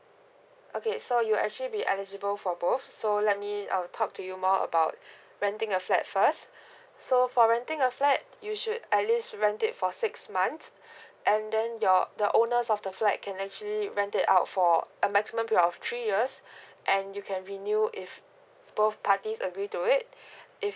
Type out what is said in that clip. okay so you actually be eligible for both so let me I'll talk to you more about renting a flat first so for renting a flat you should at least rent it for six months and then your the owners of the flight can actually rent it out for a maximum period of three years and you can renew if both parties agree to it if